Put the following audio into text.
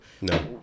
No